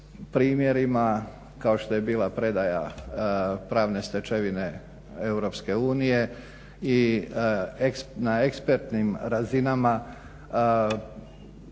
primjerima kao što je bila predaja pravne stečevine EU i na ekspertnim razinama